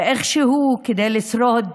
ואיכשהו, כדי לשרוד,